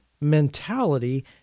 mentality